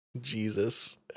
Jesus